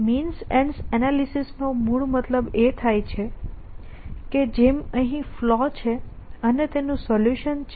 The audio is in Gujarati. મીન્સ એન્ડ્સ એનાલિસિસ નો મૂળ મતલબ એ થાય છે કે જેમ અહીં ફલૉ છે અને તેનું સોલ્યુશન છે